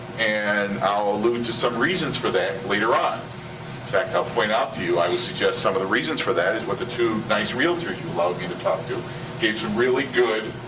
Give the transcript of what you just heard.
and i'll allude to some reasons for that later on. in fact, i'll point out to you, i would suggest some of the reasons for that is what the two nice realtors you allowed me to talk to gave some really good,